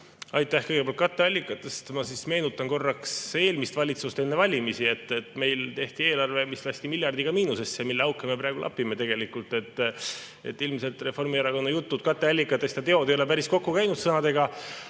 Aitäh! Kõigepealt katteallikatest. Ma meenutan korraks eelmist valitsust enne valimisi. Meil tehti eelarve, mis lasti miljardiga miinusesse ja mille auke me tegelikult praegu lapime. Ilmselt Reformierakonna jutud katteallikatest ja teod ei ole päris kokku käinud. Kuidas